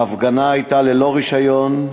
ההפגנה הייתה ללא רישיון,